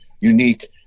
unique